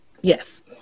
Yes